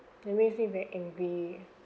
make me feel very angry